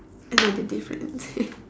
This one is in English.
another difference